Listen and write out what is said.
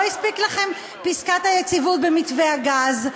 לא הספיק לכם פסקת היציבות במתווה הגז,